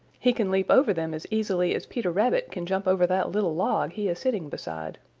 he can leap over them as easily as peter rabbit can jump over that little log he is sitting beside.